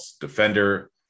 defender